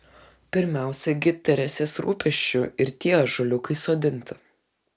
pirmiausia gi teresės rūpesčiu ir tie ąžuoliukai sodinti